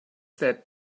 that